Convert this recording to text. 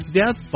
death